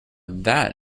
that